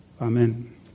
Amen